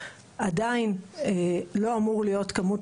עדיין לא אמור להיות כמות,